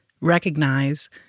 recognize